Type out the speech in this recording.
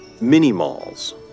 mini-malls